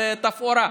זה תפאורה.